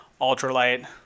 ultralight